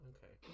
Okay